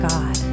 God